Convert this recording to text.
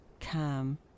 calm